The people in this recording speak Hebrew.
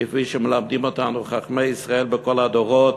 כפי שמלמדים אותנו חכמי ישראל בכל הדורות,